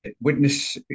witness